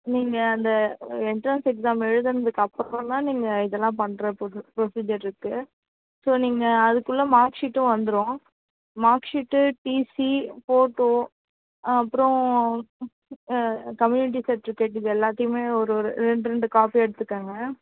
நீங்கள் அந்த entrance exam எழுதினதுக்கு அப்பறம் தான் நீங்கள் இதெல்லாம் பண்ணுற புரொசிஜர் இருக்குது ஸோ நீங்கள் அதுக்குள்ளே மார்க்ஷீட்டும் வந்துடும் மார்க்ஷீட்டு டிசி போட்டோ அப்பறம் கம்யூனிட்டி சர்ட்டிஃபிகேட் இது எல்லாத்தையுமே ஒரு ஒரு ரெண்டு ரெண்டு காப்பி எடுத்துக்கங்க